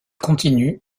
continue